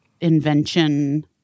invention